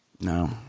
No